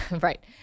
right